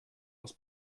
aus